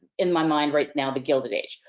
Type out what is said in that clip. in my mind right now, the guilded age?